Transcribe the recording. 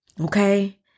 Okay